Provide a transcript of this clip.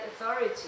authority